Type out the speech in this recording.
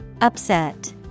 Upset